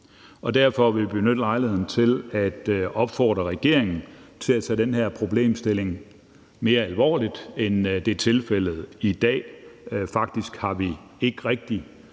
derfor vil vi benytte lejligheden til at opfordre regeringen til at tage den her problemstilling mere alvorligt, end det er tilfældet i dag. Faktisk har vi ikke rigtig